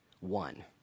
One